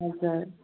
हजुर